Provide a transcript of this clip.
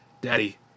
Daddy